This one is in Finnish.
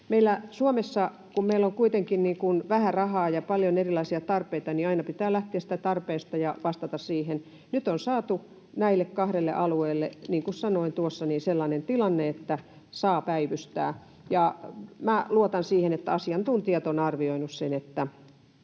meillä Suomessa on kuitenkin vähän rahaa ja paljon erilaisia tarpeita, niin aina pitää lähteä tarpeista ja vastata siihen. Nyt on saatu näille kahdelle alueelle, niin kuin sanoin, sellainen tilanne, että saa päivystää, ja minä luotan siihen, että asiantuntijat ovat arvioineet sen, että